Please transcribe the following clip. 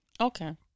Okay